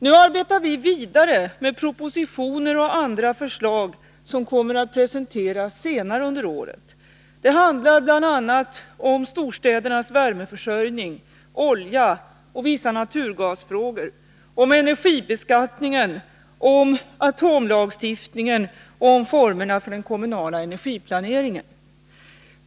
Vi arbetar nu vidare med propositioner och andra förslag som kommer att presenteras senare under året. Det handlar bl.a. om storstädernas värmeförsörjning, olja och vissa naturgasfrågor, energibeskattningen, atomlagstiftningen samt formerna för den kommunala energiplaneringen.